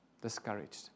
discouraged